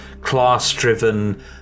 class-driven